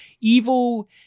evil